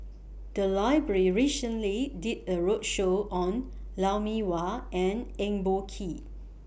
The Library recently did A roadshow on Lou Mee Wah and Eng Boh Kee